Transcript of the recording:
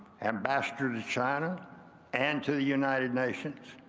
ambassador to china and to the united nations.